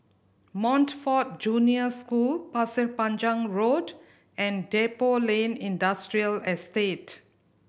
Montfort Junior School Pasir Panjang Road and Depot Lane Industrial Estate